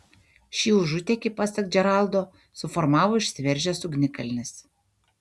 šį užutėkį pasak džeraldo suformavo išsiveržęs ugnikalnis